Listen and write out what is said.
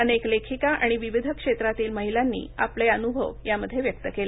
अनेक लेखिका आणि विविध क्षेत्रातील महिलांनी आपले अनुभव यामध्ये व्यक्त केले